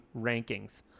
rankings